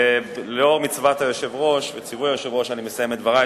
לאור מצוות היושב-ראש אני מסיים את דברי.